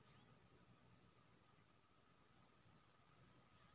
तीन सौ तीस वाला इन्सुरेंस साठ साल में होतै?